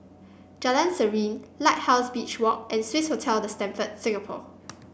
Jalan Serene Lighthouse Beach Walk and Swissotel The Stamford Singapore